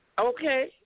Okay